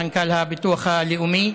מנכ"ל הביטוח הלאומי,